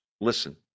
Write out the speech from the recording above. Listen